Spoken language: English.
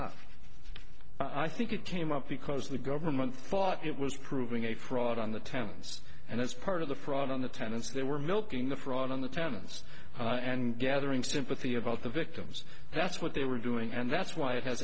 up i think it came up because the government thought it was proving a fraud on the thames and that's part of the problem the tenants they were milking the fraud on the tenants and gathering sympathy about the victims that's what they were doing and that's why it has